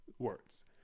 words